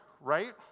right